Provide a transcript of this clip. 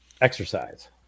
exercise